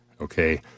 okay